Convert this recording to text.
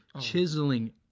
chiseling